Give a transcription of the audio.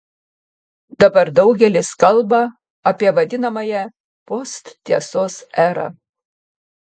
dabar daugelis kalba apie vadinamąją posttiesos erą